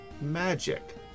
magic